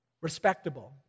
Respectable